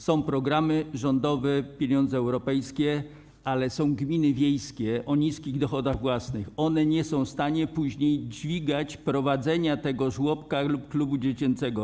Są programy rządowe, pieniądze europejskie, ale są gminy wiejskie o niskich dochodach własnych, one nie są w stanie później dźwigać prowadzenia tego żłobka lub klubu dziecięcego.